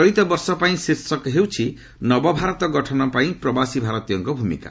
ଚଳିତ ବର୍ଷର ପାଇଁ ଶୀର୍ଷକ ହେଉଛି ନବଭାରତ ଗଠନ ପାଇଁ ପ୍ରବାସୀ ଭାରତୀୟଙ୍କ ଭୂମିକା